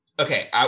Okay